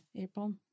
April